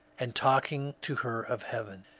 and talking to her of heaven.